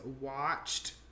watched